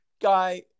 guy